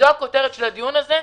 זו הכותרת של הדיון הזה.